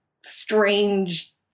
strange